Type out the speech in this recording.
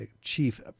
chief